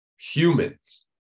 humans